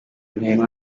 nteko